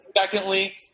Secondly